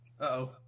Uh-oh